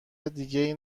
دیگه